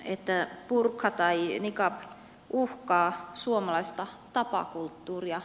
että burka tai niqab uhkaa suomalaista tapakulttuuria